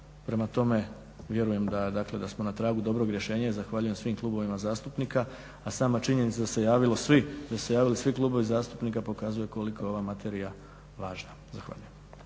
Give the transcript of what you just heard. Prema tome, vjerujem da smo na tragu dobrog rješenja i zahvaljujem svim klubovima zastupnika. A sama činjenica da se javilo, da su se javili svi klubovi zastupnika pokazuje koliko je ova materija važna. Zahvaljujem.